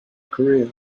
career